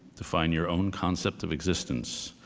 to find your own concept of existence,